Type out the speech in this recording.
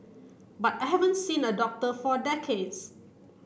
but I haven't seen a doctor for decades